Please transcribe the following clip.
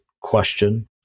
question